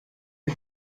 die